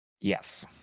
Yes